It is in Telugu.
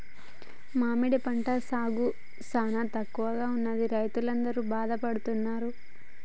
మామిడి పంట సాగు సానా తక్కువగా ఉన్నదని రైతులందరూ బాధపడుతున్నారు